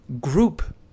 group